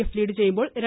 F lead ചെയ്യുമ്പോൾ്